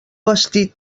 vestit